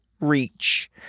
reach